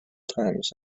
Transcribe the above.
times